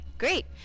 Great